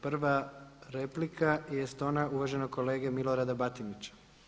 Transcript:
Prva replika jest ona uvaženog kolege Milorada Batinića.